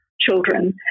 children